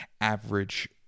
average